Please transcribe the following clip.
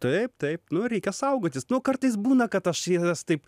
taip taip nu reikia saugotis nu kartais būna kad aš jas taip